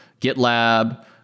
GitLab